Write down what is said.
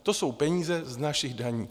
To jsou peníze z našich daní.